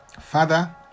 Father